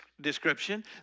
description